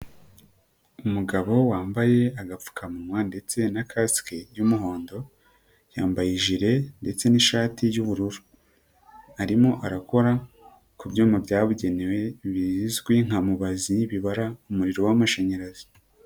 Umugabo wambaye agapfukamunwa ndetse na kasike y'umuhondo, yambaye ijile ndetse nishati yu'ubururu, arimo arakora ku byuma byabugenewe, bizwi nka mubazi, bibara umuriro w'amashanyarazi.